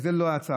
וזה לא יצא,